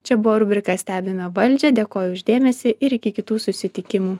čia buvo rubrika stebime valdžią dėkoju už dėmesį ir iki kitų susitikimų